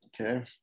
Okay